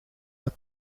met